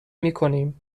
میکنیم